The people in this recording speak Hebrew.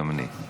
גם אני.